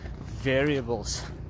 variables